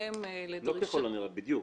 בהתאם --- לא ככל הנראה בדיוק.